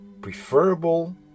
preferable